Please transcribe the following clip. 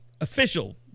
official